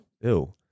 Ew